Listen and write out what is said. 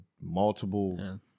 multiple